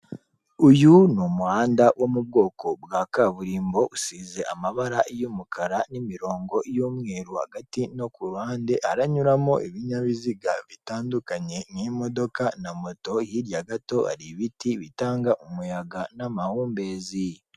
Uyu umuhanda wo mu bwoko bwa kaburimbo usize amabara y'umukara n'imirongo y'umweru, hagati no ku ruhande haranyuramo ibinyabiziga bitandukanye nk'imodoka na moto, hirya gato hari ibiti bitanga umuyaga n'amahumbezi.